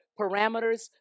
parameters